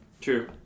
True